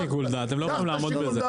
אין שיקול דעת, הם לא יכולים לעמוד בזה.